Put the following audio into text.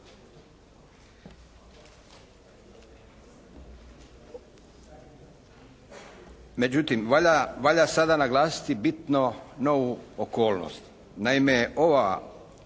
Međutim, valja sada naglasiti bitno novu okolnost. Naime, ova